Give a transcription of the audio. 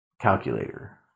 calculator